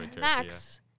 Max